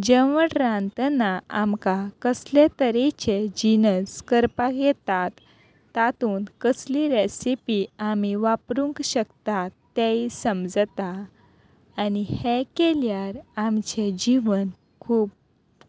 जेवण रांदतना आमकां कसले तरेचे जिनस करपाक येतात तातूंत कसली रॅसिपी आमी वापरूंक शकतात तेंय समजता आनी हें केल्यार आमचें जिवन खूब